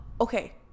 Okay